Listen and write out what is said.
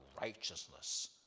righteousness